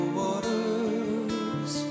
waters